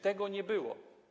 Tego nie było.